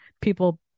people